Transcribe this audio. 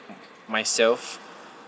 myself